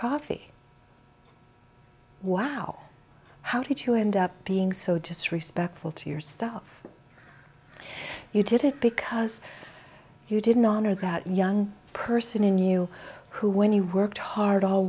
coffee wow how did you end up being so disrespectful to yourself you did it because you didn't honor got young person in you who when you worked hard a